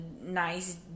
nice